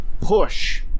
push